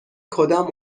کدام